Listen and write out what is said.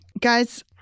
Guys